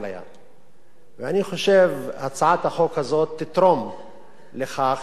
ואני חושב שהצעת החוק הזאת תתרום לכך שהמעסיק יחשוב פעמיים